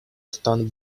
stone